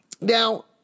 Now